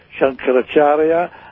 Shankaracharya